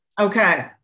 okay